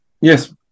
yes